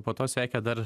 po to sekė dar